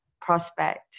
prospect